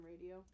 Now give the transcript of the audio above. radio